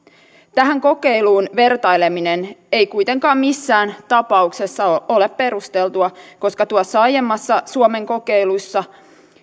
tähän kokeiluun vertaileminen ei kuitenkaan missään tapauksessa ole ole perusteltua koska tuossa aiemmassa suomen kokeilussa